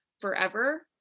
forever